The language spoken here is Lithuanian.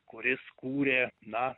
kuris kūrė na